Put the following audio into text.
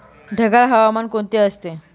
ढगाळ हवामान कोणते असते?